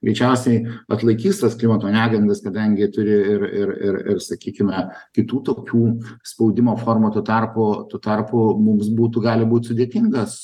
greičiausiai atlaikys tas klimato negandas kadangi tur ir ir ir ir sakykime kitų tokių spaudimo formų tuo tarpu tuo tarpu mums būtų gali būt sudėtingas